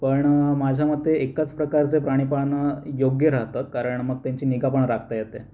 पण माझ्या मते एकाच प्रकारचे प्राणी पाळनं योग्य राहतं कारण मग त्यांची निगा पण राखता येते